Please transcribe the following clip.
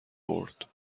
برد